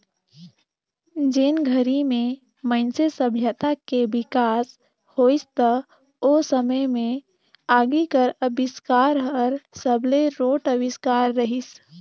जेन घरी में मइनसे सभ्यता के बिकास होइस त ओ समे में आगी कर अबिस्कार हर सबले रोंट अविस्कार रहीस